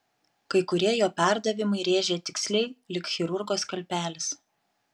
kai kurie jo perdavimai rėžė tiksliai lyg chirurgo skalpelis